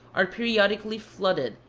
are periodically flooded,